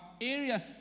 areas